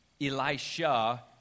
Elisha